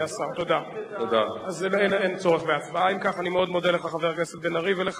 חונה לפתחו של ארגון ה"חמאס" בפרט וארגוני הטרור בכלל,